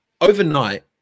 Overnight